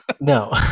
No